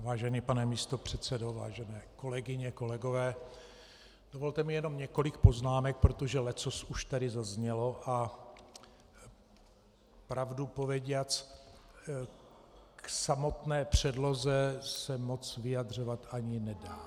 Vážený pane místopředsedo, vážené kolegyně a kolegové, dovolte mi jen několik poznámek, protože leccos už tady zaznělo, a pravdu povediac, k samotné předloze se moc vyjadřovat ani nedá.